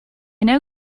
know